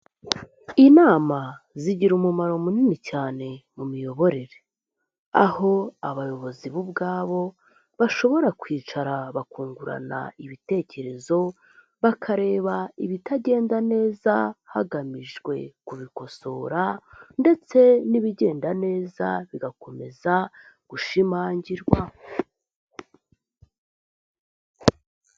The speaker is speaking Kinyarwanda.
Inama zigira umumaro munini cyane mu miyoborere aho abayobozi bo ubwabo bashobora kwicara bakungurana ibitekerezo bakareba ibitagenda neza hagamijwe kubikosora ndetse n'ibigenda neza bigakomeza gushimangirwa.